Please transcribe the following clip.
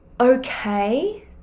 okay